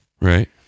right